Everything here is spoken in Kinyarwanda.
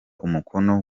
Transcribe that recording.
umukono